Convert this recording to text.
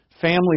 families